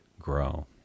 grow